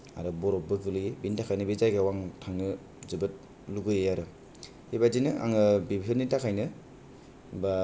आरो बरफबो गोग्लैयो बिनि थाखायनो बे जायगाआव आं थांनो जोबोद लुबैयो आरो बेबायदिनो आङो बेफोरनि थाखायनो बा